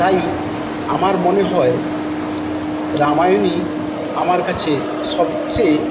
তাই আমার মনে হয় রামায়ণই আমার কাছে সবচেয়ে